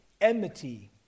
enmity